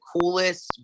coolest